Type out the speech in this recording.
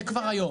כן.